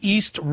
East